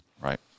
right